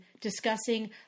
discussing